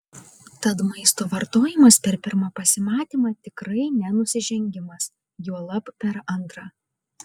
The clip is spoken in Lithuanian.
tad maisto vartojimas per pirmą pasimatymą tikrai ne nusižengimas juolab per antrą